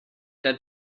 that